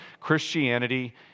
Christianity